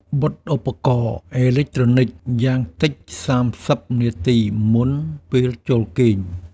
បិទឧបករណ៍អេឡិចត្រូនិកយ៉ាងតិច ៣០ នាទីមុនពេលចូលគេង។